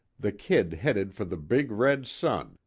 the kid headed for the big red sun,